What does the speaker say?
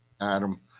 Adam